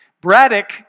Braddock